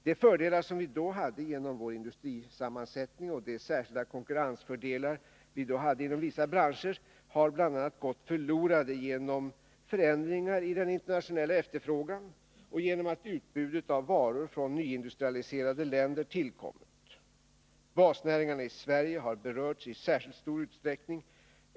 De fördelar som vi då hade genom vår industrisammansättning och de särskilda konkurrensfördelar vi då hade inom vissa branscher har gått förlorade bl.a. genom förändringar i den internationella efterfrågan och genom att utbudet av varor från nyindustrialiserade länder tillkommit. Basnäringarna i Sverige har berörts i särskilt stor utsträckning.